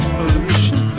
pollution